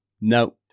No